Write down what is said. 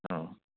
ꯑꯥ